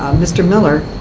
mr. miller,